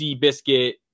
biscuit